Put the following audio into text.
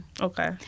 Okay